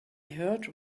heard